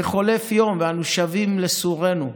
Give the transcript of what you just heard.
וחולף יום, ואנו שבים לסורנו.